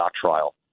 trial